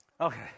Okay